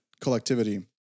collectivity